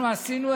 מסוים.